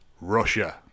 Russia